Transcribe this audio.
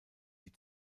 die